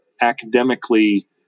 academically